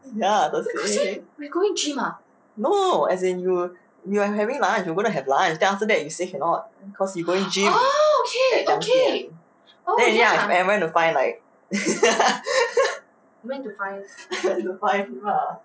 ya thursday no as in you you're having lunch we were gonna have lunch then you after that say cannot cause you going gym and went to find like went to find him ah